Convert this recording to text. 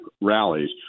rallies